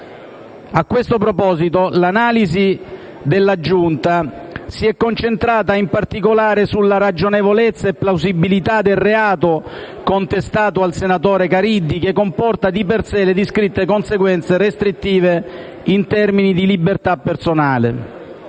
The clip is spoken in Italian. A questo proposito, l'analisi della Giunta si è concentrata in particolare sulla ragionevolezza e plausibilità del reato contestato al senatore Caridi, che comporta di per sé le descritte conseguenze restrittive in termini di libertà personale.